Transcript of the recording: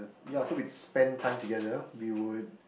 ya so we spend time together we would